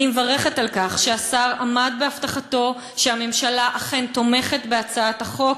אני מברכת על כך שהשר עמד בהבטחתו והממשלה אכן תומכת בהצעת החוק,